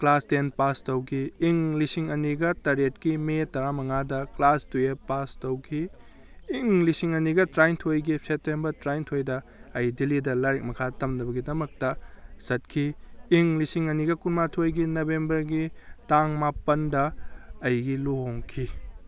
class ten pass ꯇꯧꯈꯤ ꯏꯪ ꯂꯤꯁꯤꯡ ꯑꯅꯤꯒ ꯇꯔꯦꯠꯀꯤ ꯃꯦ ꯇꯔꯥꯃꯉꯥꯗ ꯀ꯭ꯂꯥꯁ ꯇꯨꯌꯦꯞ ꯄꯥꯁ ꯇꯧꯈꯤ ꯏꯪ ꯂꯤꯁꯤꯡ ꯑꯅꯤꯒ ꯇꯥꯔꯥꯅꯤꯊꯣꯏꯒꯤ ꯁꯦꯠꯇꯦꯝꯕꯔ ꯇꯥꯔꯥꯅꯤꯊꯣꯏꯗ ꯑꯩ ꯗꯤꯜꯂꯤꯗ ꯂꯥꯏꯔꯤꯛ ꯃꯈꯥ ꯇꯝꯊꯕꯒꯤꯗꯃꯛꯇ ꯆꯠꯈꯤ ꯏꯪ ꯂꯤꯁꯤꯡ ꯑꯅꯤꯒ ꯀꯨꯟꯃꯥꯊꯣꯏꯒꯤ ꯅꯕꯦꯝꯕꯔꯒꯤ ꯇꯥꯡ ꯃꯥꯄꯜꯗ ꯑꯩꯒꯤ ꯂꯨꯍꯣꯡꯈꯤ